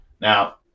now